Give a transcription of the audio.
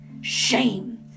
Shame